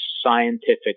scientific